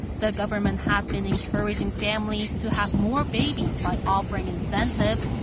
the government has been encouraging families to have more babies by offering incentives,